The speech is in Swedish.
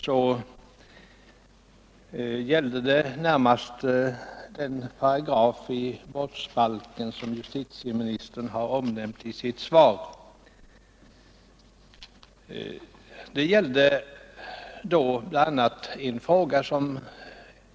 Då gällde det närmast den paragraf i brottsbalken som justitieministern omnämnt i sitt svar i dag.